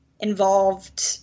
Involved